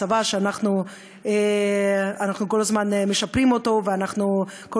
צבא שאנחנו כל הזמן משפרים ואנחנו כל